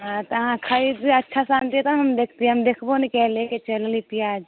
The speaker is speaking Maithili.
हँ तऽ आहाँ खरिदबै अच्छा समान देबनि ने देखतियै हम देखबो नहि कयली कि चलली पिआज